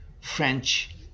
french